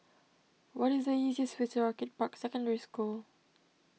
what is the easiest way to Orchid Park Secondary School